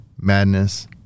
madness